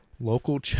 Local